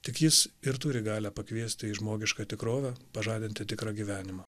tik jis ir turi galią pakviesti į žmogišką tikrovę pažadinti tikrą gyvenimą